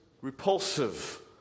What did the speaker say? repulsive